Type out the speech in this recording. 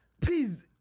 please